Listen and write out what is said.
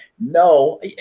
no